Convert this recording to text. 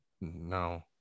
No